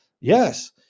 Yes